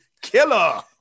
Killer